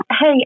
Hey